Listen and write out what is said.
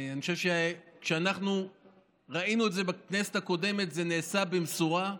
ראינו את זה בכנסת הקודמת, זה נעשה במשורה,